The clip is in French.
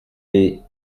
les